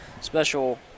special